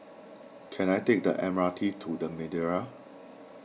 can I take the M R T to the Madeira